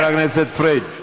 חבר הכנסת פריג',